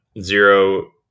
zero